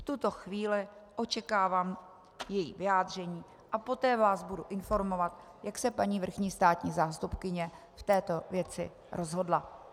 V tuto chvíli očekávám její vyjádření a poté vás budu informovat, jak se paní vrchní státní zástupkyně v této věci rozhodla.